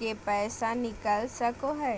के पैसा निकल सको है?